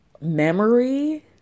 memory